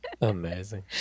Amazing